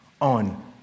on